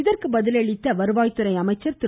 இதற்கு பதிலளித்த வருவாய் துறை அமைச்சர் திரு